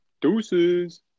Deuces